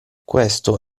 questo